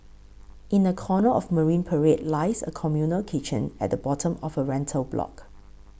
in a corner of Marine Parade lies a communal kitchen at the bottom of a rental block